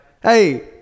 Hey